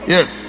Yes